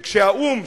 שכשהאו"ם,